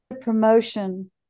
promotion